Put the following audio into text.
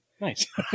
Nice